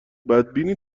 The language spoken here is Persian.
بدبینی